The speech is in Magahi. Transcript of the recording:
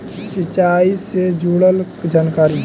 सिंचाई से जुड़ल जानकारी?